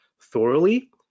thoroughly